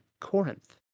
Corinth